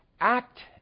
act